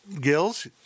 Gills